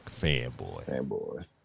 Fanboy